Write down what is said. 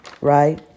right